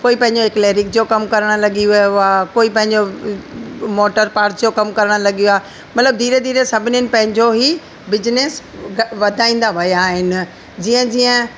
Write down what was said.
कोई पंहिंजो एक्लेरिक जो कमु करणु लॻी वियो आहे कोई पंहिंजो मोटर पार्ट्स जो कमु करणु लॻी वियो आहे मतिलबु धीरे धीरे सभिनीनि पंहिंजो ई बिजनिस व वधाईंदा विया आहिनि जीअं जीअं